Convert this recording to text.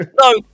no